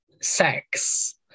sex